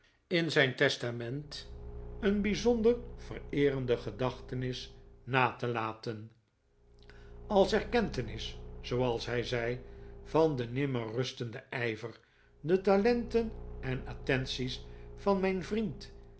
in zijn testament een bijzonder vereerende gedachtenis na te laten als erkentenis zooals hij zei van den nimmer rustenden ijver de talenten en attenties van mijn vriend